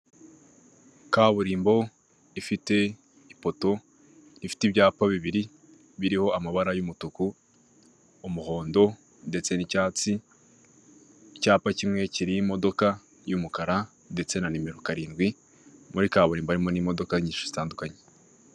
Kaburimbo ifite ipoto, ifite ibyapa bibiri biriho amabara y'umutuku, umuhondo ndetse n'icyatsi, icyapa kimwe kiriho imodoka y'umukara ndetse na nimero karindwi; muri kaburimbo harimo n'imodoka nyinshi zitandukanye.